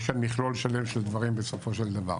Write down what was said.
יש כאן מכלול שלם של דברים בסופו דבר,